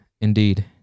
indeed